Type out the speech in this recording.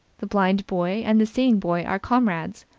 the blind boy and the seeing boy are comrades